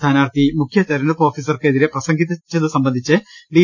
സ്ഥാനാർഥി മുഖൃതിരഞ്ഞെടുപ്പ് ഓഫീ സർക്കെതിരെ പ്രസംഗിച്ചതു സംബന്ധിച്ച് ഡി